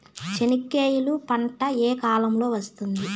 చెనక్కాయలు పంట ఏ కాలము లో వస్తుంది